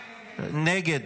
נגד?